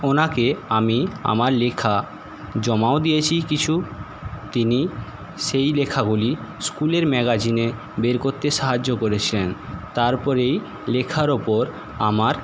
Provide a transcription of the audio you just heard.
ওনাকে আমি আমার লেখা জমাও দিয়েছি কিছু তিনি সেই লেখাগুলি স্কুলের ম্যাগাজিনে বের করতে সাহায্য করেছেন তারপরেই লেখার ওপর আমার